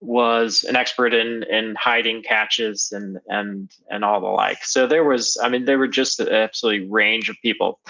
was an expert in in hiding catches and and and all the like. so there was, i mean there were just absolutely a range of people,